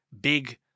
big